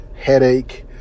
headache